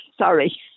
Sorry